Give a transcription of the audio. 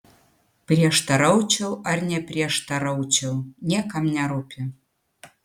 prieštaraučiau ar neprieštaraučiau niekam nerūpi